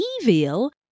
evil